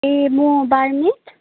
ए म बारमित